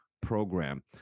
program